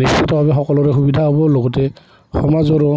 নিশ্চিতভাৱে সকলোৰে সুবিধা হ'ব লগতে সমাজৰো